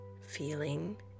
feeling